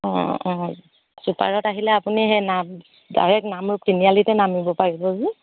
অঁ অঁ ছুপাৰত আহিলে আপুনি সেই নাম ডাইৰেক্ট নামৰূপ তিনিআলিতে নামিব পাৰিব যে